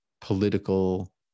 political